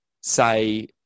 say